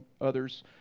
others